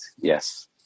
Yes